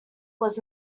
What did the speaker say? was